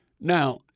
now